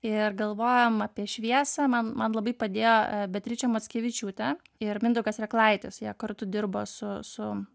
ir galvojom apie šviesą man man labai padėjo beatričė mockevičiūtė ir mindaugas reklaitis jie kartu dirbo su su